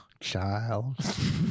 Child